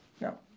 No